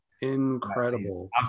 incredible